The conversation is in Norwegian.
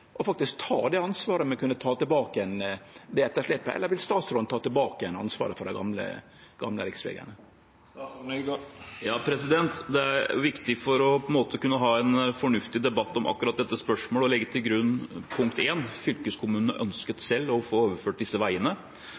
ansvaret for å kunne ta igjen etterslepet? Eller vil statsråden ta tilbake ansvaret for dei gamle riksvegane? Det er viktig for å kunne ha en fornuftig debatt om akkurat dette spørsmålet å legge til grunn, punkt 1, at fylkeskommunene selv ønsket å få overført disse veiene,